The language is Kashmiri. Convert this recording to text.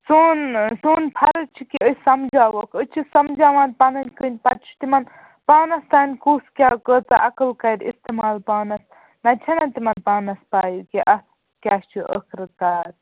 سون سون فرض چھُ کہِ أسۍ سَمجاوہوکھ أسۍ چھِ سَمجاوان پَنٕنۍ کِنۍ پَتہٕ چھِ تِمَن پانَس تانۍ کُس کیٛاہ کۭژاہ عقل کَرِ اِستعمال پانَس نَتہٕ چھِنا تِمَن پانَس پَے کہِ اَتھ کیٛاہ چھُ ٲخرس کار